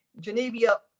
Geneva